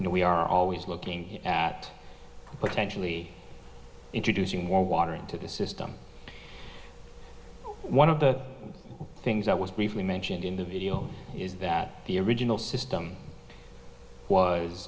we are always looking at potentially introducing more water into the system one of the things i was briefly mentioned in the video is that the original system was